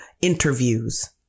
interviews